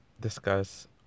Discuss